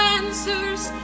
answers